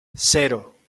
cero